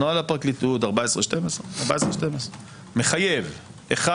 נוהל הפרקליטות 14.12 מחייב: א',